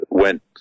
Went